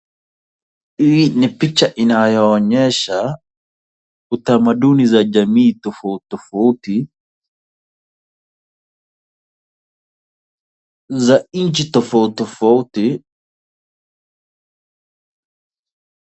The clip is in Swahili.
Hii picha inayoonyesha utamaduni wa jamii tofautitofauti za nchi tofautitofauti.